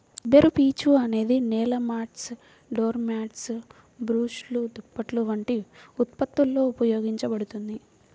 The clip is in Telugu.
కొబ్బరిపీచు అనేది నేల మాట్స్, డోర్ మ్యాట్లు, బ్రష్లు, దుప్పట్లు వంటి ఉత్పత్తులలో ఉపయోగించబడుతుంది